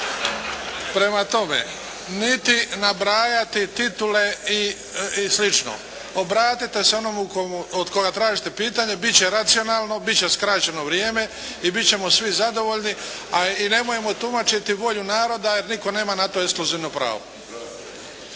Prema tome, niti nabrajati titule i slično. Obratite se onomu od koga tražite pitanje, biti će racionalno, biti će skraćeno vrijeme i biti ćemo svi zadovoljni, a i nemojmo tumačiti volju naroda jer nitko nema na to ekskluzivno pravo.